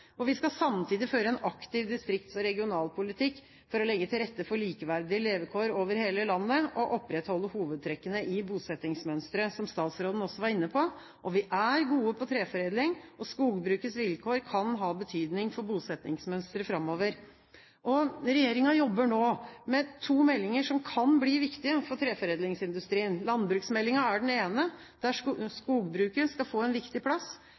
Vi skal samtidig føre en aktiv distrikts- og regionalpolitikk for å legge til rette for likeverdige levekår over hele landet og opprettholde hovedtrekkene i bosettingsmønsteret, som statsråden også var inne på. Vi er gode på treforedling, og skogbrukets vilkår kan ha betydning for bosettingsmønsteret framover. Regjeringen jobber nå med to meldinger som kan bli viktige for treforedlingsindustrien. Landbruksmeldingen er den ene, der skogbruket skal få en viktig plass.